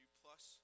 plus